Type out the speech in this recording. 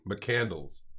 McCandles